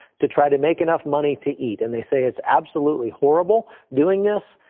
to try to make enough money to eat. and they say it is absolutely horrible doing this,